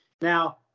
Now